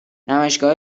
نمایشگاه